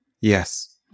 Yes